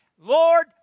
Lord